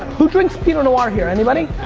who drinks pinot noir here, anybody?